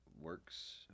works